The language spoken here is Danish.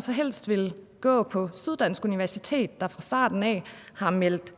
så helst ville gå på Syddansk Universitet, der fra starten har meldt